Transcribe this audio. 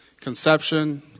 conception